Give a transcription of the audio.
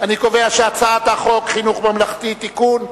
להעביר את הצעת חוק חינוך ממלכתי (תיקון,